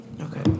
Okay